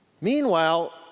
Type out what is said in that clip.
Meanwhile